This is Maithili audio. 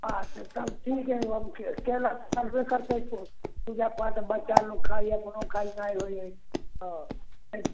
अच्छे तब ठीक हैय लोगके केला तऽ चढ़बे करतै फेर पूजा पाठ बच्चा लोक खाइ हय कोनो खेनाइ होइ हैय तऽ ने